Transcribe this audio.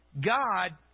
God